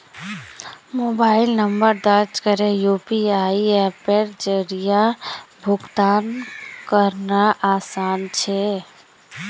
mobile number दर्ज करे UPI अप्पेर जरिया भुगतान करना आसान छे